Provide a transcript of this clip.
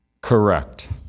Correct